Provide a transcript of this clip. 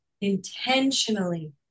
intentionally